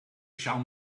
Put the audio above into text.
shall